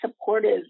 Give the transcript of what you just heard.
supportive